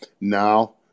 now